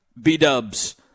B-dubs